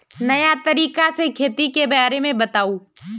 नया तरीका से खेती के बारे में बताऊं?